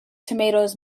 tomatoes